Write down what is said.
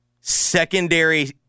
secondary